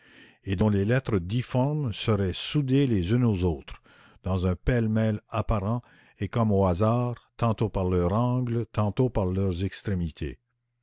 et dont les lettres difformes seraient soudées les unes aux autres dans un pêle-mêle apparent et comme au hasard tantôt par leurs angles tantôt par leurs extrémités